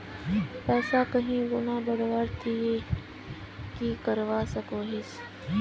पैसा कहीं गुणा बढ़वार ती की करवा सकोहिस?